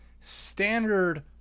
standard